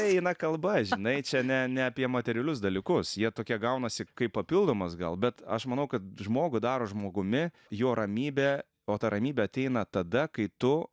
eina kalba žinai čia ne ne apie materialius dalykus jie tokie gaunasi kaip papildomas gal bet aš manau kad žmogų daro žmogumi jo ramybė o ta ramybė ateina tada kai tu